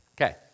Okay